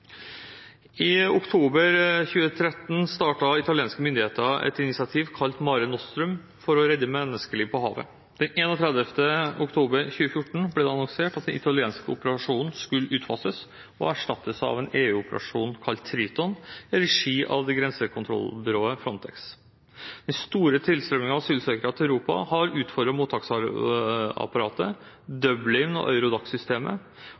I oktober 2013 startet italienske myndigheter et initiativ, kalt Mare Nostrum, for å redde menneskeliv på havet. Den 31. oktober 2014 ble det annonsert at den italienske operasjonen skulle utfases og erstattes av en EU-operasjon kalt Triton, i regi av grensekontrollbyrået Frontex. Den store tilstrømmingen av asylsøkere til Europa har utfordret mottaksapparatet, Dublin/Eurodac-systemet og